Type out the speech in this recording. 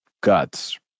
guts